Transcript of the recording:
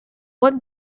web